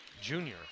junior